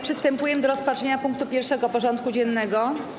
Przystępujemy do rozpatrzenia punktu 1. porządku dziennego.